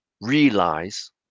realize